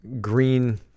green